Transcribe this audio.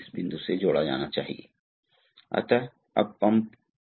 तो इसलिए इस स्प्रिंग को दबाया जा रहा है और यह वास्तव में बंद है यह आता है और इस पर बैठता है